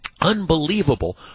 Unbelievable